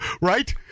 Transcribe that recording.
Right